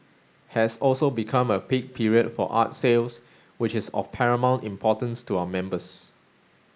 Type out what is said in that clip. has also become a peak period for art sales which is of paramount importance to our members